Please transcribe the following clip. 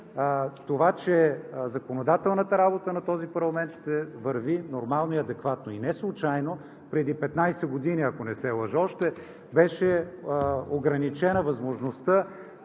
това, че законодателната работа на този парламент ще върви нормално и адекватно. И неслучайно преди 15 години, ако не се лъжа, беше ограничена възможността